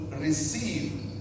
receive